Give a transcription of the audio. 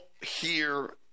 hear